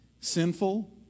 sinful